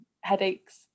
headaches